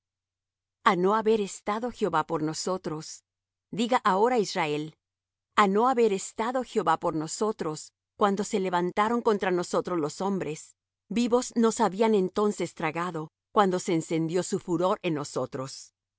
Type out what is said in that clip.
a no haber estado jehová por nosotros diga ahora israel a no haber estado jehová por nosotros cuando se levantaron contra nosotros los hombres vivos nos habrían entonces tragado cuando se encendió su furor en nosotros